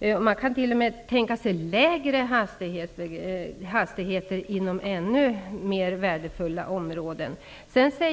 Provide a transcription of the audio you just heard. riksdagen. tänka sig lägre hastigheter inom ännu mer värdefulla områden.